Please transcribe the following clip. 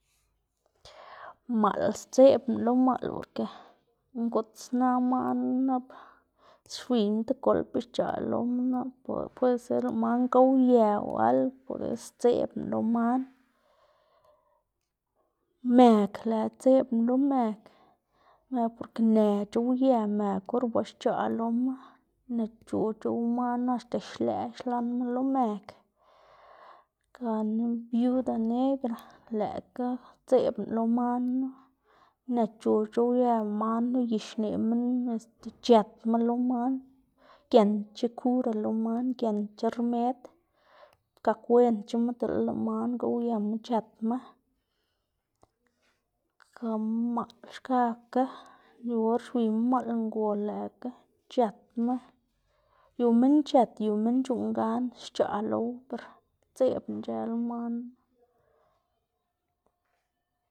maꞌl sdzeꞌbná lo maꞌl porke ngudz xna man nu, nap xwiyma tigolpa xc̲h̲aꞌ loma nap puede ser gowye o algo por eso sdzeꞌbná lo man. mëg lëꞌkga dzeꞌbná lo mëg nap porke në c̲h̲owye mëg or ba xc̲h̲aꞌ loma, nëc̲h̲o c̲h̲ow man knu axta xlëꞌ xlanma lo mëg. Gana biuda negra lëꞌkga dzeꞌbná lo man knu, nëc̲h̲o c̲h̲owye man knu y xneꞌ minn este c̲h̲ëtma lo man, giendc̲h̲a kura lo man, giendc̲h̲a rmed, gakwendc̲h̲ama dele lëꞌ man gowyema c̲h̲ëtma. Gana maꞌl xkakga, yu or xwiyma maꞌl ngol lëꞌkga c̲h̲ëtma, yu minn c̲h̲ët yu minn c̲h̲uꞌnn gan xc̲h̲aꞌ lowu ber sdzeꞌbná ic̲h̲ë lo man.